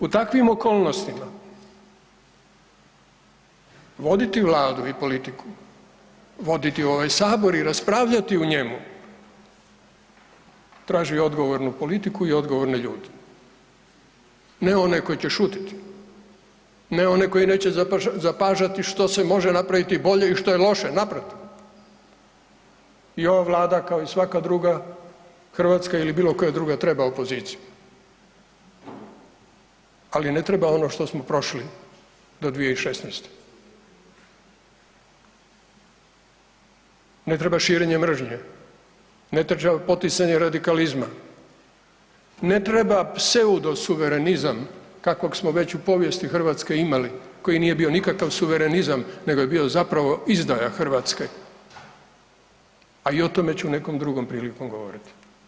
U takvim okolnostima voditi vladu i politiku, voditi ovaj sabor i raspravljati u njemu traži odgovornu politiku i odgovorne ljude, ne one koji će šutiti, ne one koji neće zapažati što se može napraviti bolje i što je loše, naprotiv i ova vlada kao i svaka druga hrvatska ili bilo koja druga treba opoziciju, ali ne treba ono što smo prošli do 2016., ne treba širenje mržnje, ne treba poticanje radikalizma, ne treba pseudo suverenizam kakvog smo već u povijesti Hrvatske imali koji nije bio nikakav suverenizam nego je bio zapravo izdaja Hrvatske, a i o tome ću nekom drugom prilikom govoriti.